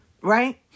right